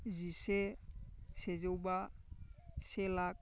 जिसे सेजौबा से लाख